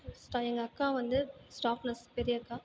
எங்கள் அக்கா வந்து ஸ்டாஃப் நர்ஸ் பெரிய அக்கா